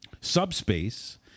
Subspace